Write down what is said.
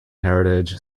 heritage